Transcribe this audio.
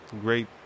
great